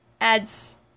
adds